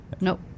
Nope